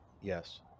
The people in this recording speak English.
Yes